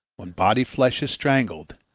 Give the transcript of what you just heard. when body flesh is strangled,